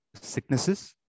sicknesses